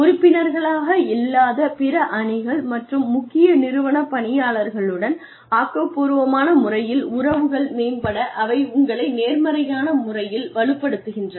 உறுப்பினர்களாக இல்லாத பிற அணிகள் மற்றும் முக்கிய நிறுவன பணியாளர்களுடன் ஆக்கப்பூர்வமான முறையில் உறவுகள் மேம்பட அவை உங்களை நேர்மறையான முறையில் வலுப்படுத்துகின்றன